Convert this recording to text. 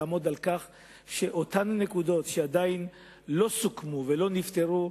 לעמוד על כך שאותן נקודות שעדיין לא סוכמו ולא נפתרו,